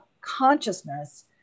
consciousness